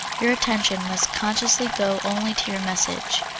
your attention must consciously go only to your message,